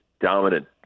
dominant